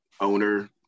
owner